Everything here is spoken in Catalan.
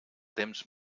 temps